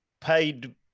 paid